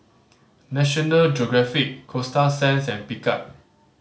National Geographic Coasta Sands and Picard